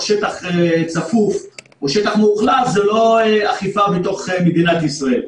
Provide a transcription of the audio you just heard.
שטח צפוף או שטח מאוכלס זאת לא אכיפה בתוך מדינת ישראל.